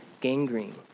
gangrene